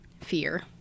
fear